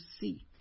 see